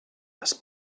has